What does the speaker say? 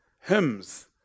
hymns